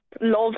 love